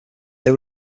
they